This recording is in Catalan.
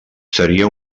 seria